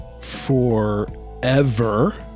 forever